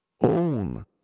own